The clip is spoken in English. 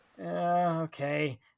okay